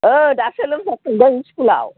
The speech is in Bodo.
औ दासो लोमजाफुंदों स्कुलाव